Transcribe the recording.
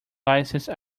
license